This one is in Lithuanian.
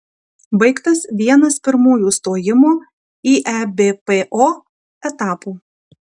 baigtas vienas pirmųjų stojimo į ebpo etapų